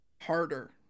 harder